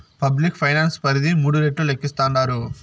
public finance పరిధి మూడు రెట్లు లేక్కేస్తాండారు